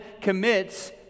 commits